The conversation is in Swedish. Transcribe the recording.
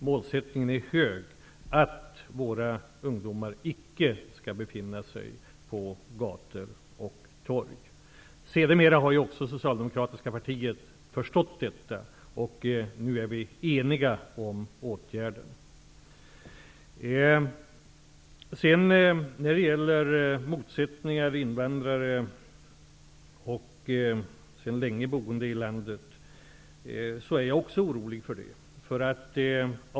Målsättningen är att våra ungdomar icke skall befinna sig på gator och torg. Sedermera har det socialdemokratiska partiet förstått detta, och nu är vi eniga om åtgärden. Också jag är orolig för motsättningarna mellan invandrare och de som sedan länge är boende i landet.